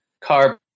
car